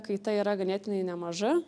kaita yra ganėtinai nemaža